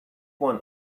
one